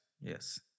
Yes